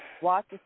watch